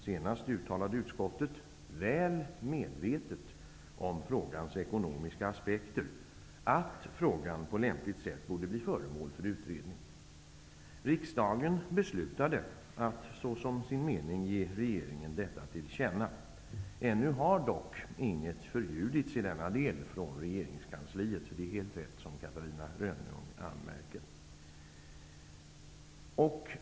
Senast uttalade utskottet -- väl medvetet om frågans ekonomiska aspekter -- att frågan på lämpligt sätt borde bli föremål för utredning. Riksdagen beslutade att som sin mening ge regeringen detta till känna. Ännu har dock inget förljudits i denna del från regeringskansliet -- det är helt rätt som Catarina Rönnung anmärkte.